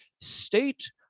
State